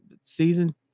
season